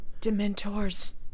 Dementors